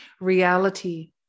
reality